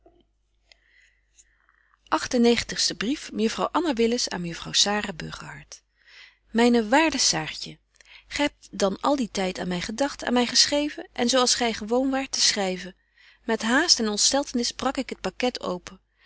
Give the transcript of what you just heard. negentigste brief mejuffrouw anna willis aan mejuffrouw sara burgerhart myne waarde saartje gy hebt dan al dien tyd aan my gedagt aan my geschreven en zo als gy gewoon waart te schryven met haast en ontsteltenis brak ik het paket open